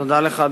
תודה לך,